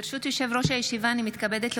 ברשות יושב-ראש הישיבה, הינני מתכבדת להודיעכם,